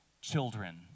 children